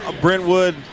Brentwood